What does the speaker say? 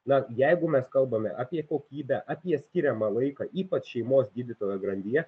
na jeigu mes kalbame apie kokybę apie skiriamą laiką ypač šeimos gydytojo grandyje